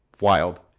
Wild